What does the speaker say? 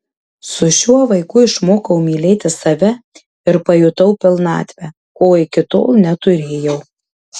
su šiuo vaiku išmokau mylėti save ir pajutau pilnatvę ko iki tol neturėjau